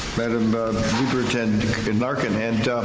madame luberten and larkin and.